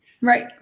Right